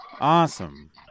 Awesome